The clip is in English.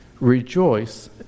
Rejoice